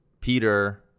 Peter